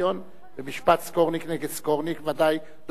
במשפט סקורניק נגד סקורניק, ודאי דב חנין זוכר,